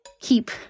keep